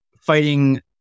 fighting